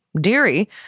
Deary